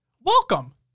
Welcome